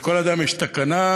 ולכל אדם יש תקנה.